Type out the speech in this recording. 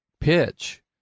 pitch